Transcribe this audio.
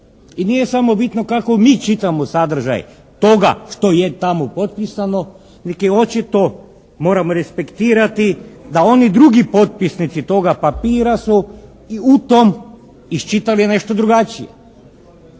i nije samo bitno kako mi čitamo sadržaj toga što je tamo potpisano nego je očito moramo respektirati da oni drugi potpisnici toga papira su i u tom iščitali nešto drugačije.